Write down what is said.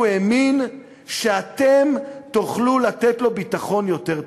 הוא האמין שאתם תוכלו לתת לו ביטחון יותר טוב,